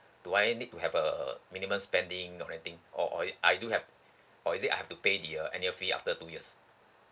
do I need to have a minimum spending or anything or or I do have or is it I have to pay the uh annual fees after two years